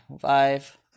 Five